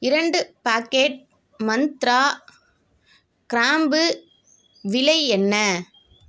இரண்டு பேக்கெட் மந்த்ரா கிராம்பு விலை என்ன